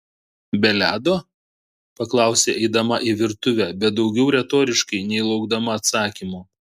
be ledo paklausė eidama į virtuvę bet daugiau retoriškai nei laukdama atsakymo